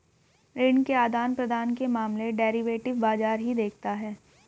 ऋण के आदान प्रदान के मामले डेरिवेटिव बाजार ही देखता है